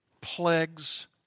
plagues